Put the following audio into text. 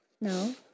No